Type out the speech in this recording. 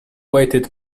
waited